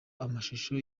amashusho